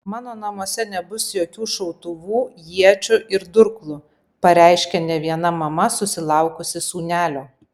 mano namuose nebus jokių šautuvų iečių ir durklų pareiškia ne viena mama susilaukusi sūnelio